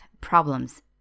problems